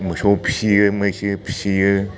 मोसौ फिसियो मैसो फिसियो